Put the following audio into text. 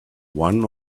one